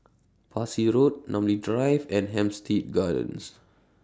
Parsi Road Namly Drive and Hampstead Gardens